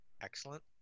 Excellent